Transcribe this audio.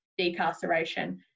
decarceration